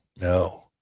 No